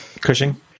cushing